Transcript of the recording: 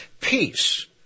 Peace